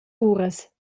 uras